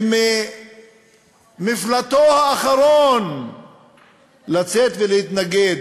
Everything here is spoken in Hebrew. שמפלטו האחרון לצאת ולהתנגד,